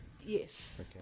Yes